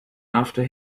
after